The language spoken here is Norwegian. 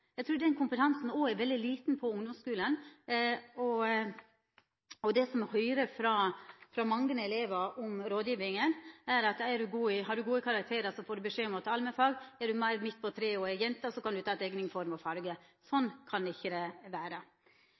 Eg trur den kompetansen er veldig liten på ungdomsskulen. Det som me høyrer frå mange elevar når det gjeld rådgjevinga, er at dersom du har gode karakterar, får du beskjed om å ta allmennfag, og dersom du er midt på treet og er jente, så kan du ta teikning, form og farge. Sånn kan det ikkje vera.